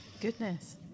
Goodness